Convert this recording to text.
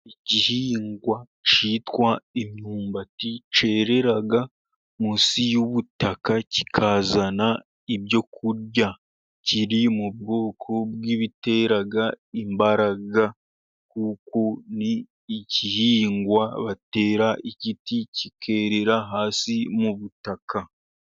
Igihingwa cyitwa imyumbati cyerera munsi y'ubutaka kikazana ibyo kurya, kiri mu bwoko bw'ibitera imbaraga kuko ni igihingwa batera igiti, kikerera hasi mu butaka.